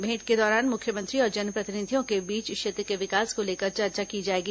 भेंट के दौरान मुख्यमंत्री और जनप्रतिनिधियों के बीच क्षेत्र के विकास को लेकर चर्चा की जाएगी